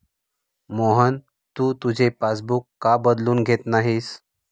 मोहन, तू तुझे पासबुक का बदलून घेत नाहीस?